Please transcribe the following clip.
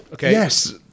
Yes